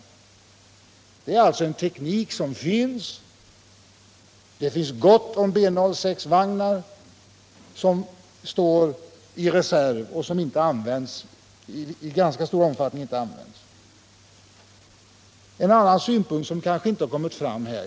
Detta är alltså en teknik som används, och vi har gott om Bo6-vagnar som står i reserv och som används i ganska liten omfattning. Jag vill också ta upp en annan synpunkt som kanske inte har kommit fram här.